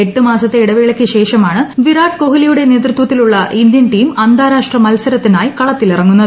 എട്ടു മാസത്തെ ഇടവേളയ്ക്കുശേഷമാണ് വിരാട് കോഹ്ലിയുടെ നേതൃത്വത്തിലുള്ള ഇന്ത്യൻ ടീം അന്താരാഷ്ട്ര മത്സരത്തിനായി കളത്തിലിറങ്ങുന്നത്